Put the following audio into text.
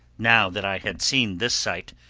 now that i had seen this sight,